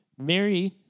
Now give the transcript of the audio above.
Mary